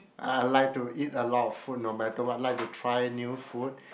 I like to eat a lot of food no matter what like to try new food